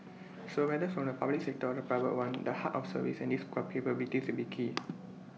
so whether from the public sector or the private one the heart of service and these capabilities will be key